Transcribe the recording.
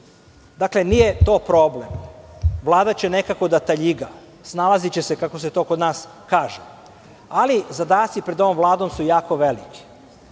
tim. Dakle, nije to problem. Vlada će nekako da taljiga. Snalaziće se, kako se to kod nas kaže, ali zadaci pred ovom Vladom su jako veliki,